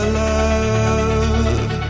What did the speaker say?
love